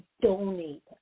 donate